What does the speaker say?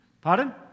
Pardon